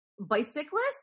bicyclist